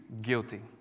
guilty